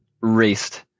raced